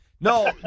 No